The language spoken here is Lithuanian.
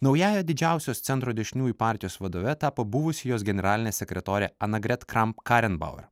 naująja didžiausios centro dešiniųjų partijos vadove tapo buvusi jos generalinė sekretorė anagret kramp karenbauer